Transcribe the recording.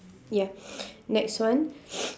ya next one